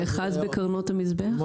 נאחז בקרנות המזבח?